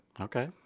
Okay